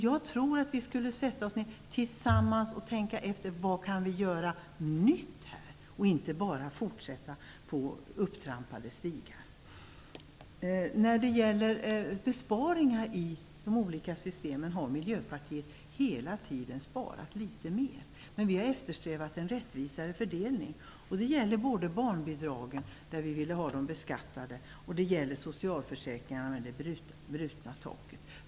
Jag tycker att vi tillsammans borde sätta oss ner och tänka efter vad vi kan göra som är nytt här, och inte bara fortsätta på upptrampade stigar. När det gäller besparingar i de olika systemen har vi i Miljöpartiet hela tiden velat spara litet mer, men vi har eftersträvat en rättvisare fördelning. Det gäller både barnbidragen, som vi ville ha beskattade, och socialförsäkringarna med det brutna taket.